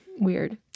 Weird